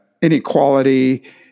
inequality